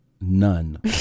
none